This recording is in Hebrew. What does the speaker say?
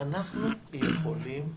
אנחנו יכולים לטפל.